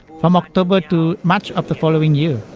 from october to march of the following year.